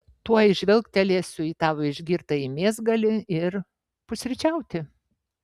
tuoj žvilgtelėsiu į tavo išgirtąjį mėsgalį ir pusryčiauti